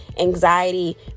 anxiety